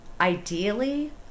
Ideally